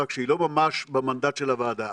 רק שהיא לא ממש במנדט של הוועדה,